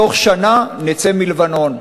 בתוך שנה נצא מלבנון.